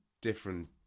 different